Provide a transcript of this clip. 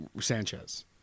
Sanchez